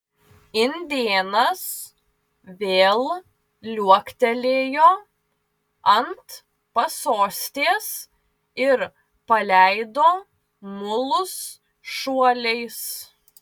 indėnas vėl liuoktelėjo ant pasostės ir paleido mulus šuoliais